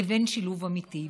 לבין שילוב אמיתי.